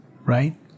right